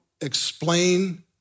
explain